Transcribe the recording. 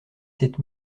sept